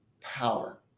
power